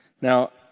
now